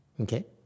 Okay